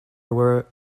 were